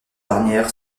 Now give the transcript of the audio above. dernière